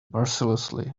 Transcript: mercilessly